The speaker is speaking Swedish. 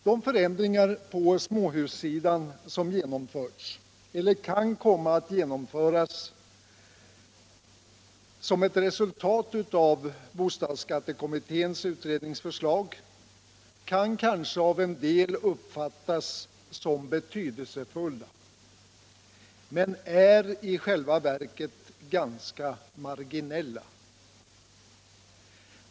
De förändringar på småhussidan som genomförts eller kan komma att genomföras som ett resultat av bostadsskattekommitténs utredningsförslag kan kanske av en del uppfattas som betydelsefulla men är i själva verket ganska marginella.